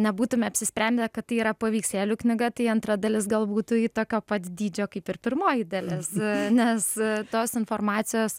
nebūtume apsisprendę kad tai yra paveikslėlių knyga tai antra dalis gal būtų ji tokio pat dydžio kaip ir pirmoji dalis nes tos informacijos